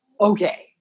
okay